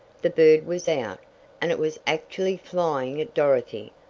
the bird was out and it was actually flying at dorothy!